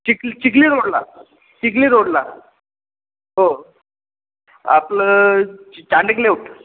चिख चिखली रोडला चिखली रोडला हो आपलं च चांडक लेआउट